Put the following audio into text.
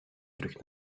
terug